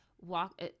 walk